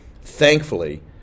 Thankfully